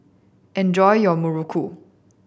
enjoy your muruku